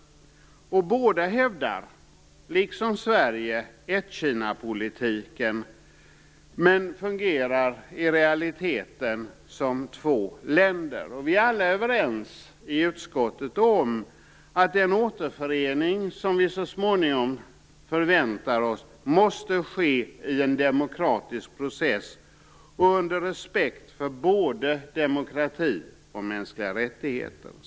Båda hävdar liksom Sverige ett-Kina-politiken men fungerar i realiteten som två länder. Vi är i utskottet alla överens om att den återförening som vi så småningom förväntar oss måste vara ett led i en demokratisk process under respekt för både demokrati och mänskliga rättigheter.